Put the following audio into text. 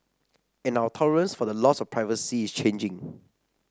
and our tolerance for the loss of privacy is changing